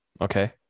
Okay